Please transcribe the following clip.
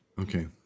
Okay